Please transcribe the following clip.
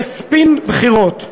כספין בחירות.